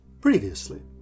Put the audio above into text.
Previously